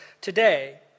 today